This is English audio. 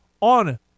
on